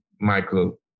Michael